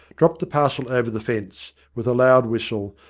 dropped the parcel over the fence, with a loud whistle,